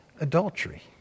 adultery